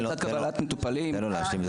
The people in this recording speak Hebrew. לצד קבלת מטופלים -- תן לו להשלים את דבריו.